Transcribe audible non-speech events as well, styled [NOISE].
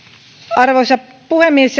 arvoisa puhemies [UNINTELLIGIBLE]